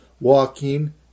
walking